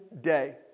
day